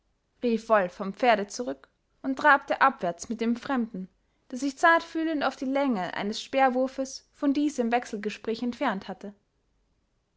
wolf vom pferde zurück und trabte abwärts mit dem fremden der sich zartfühlend auf die länge eines speerwurfes von diesem wechselgespräch entfernt hatte